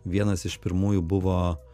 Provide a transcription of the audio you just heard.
vienas iš pirmųjų buvo